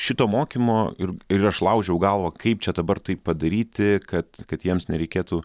šito mokymo ir ir aš laužiau galvą kaip čia dabar tai padaryti kad kad jiems nereikėtų